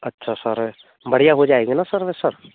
अच्छा सर बढ़िया हो जाएगी ना सर्विस सर